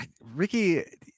Ricky